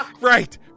right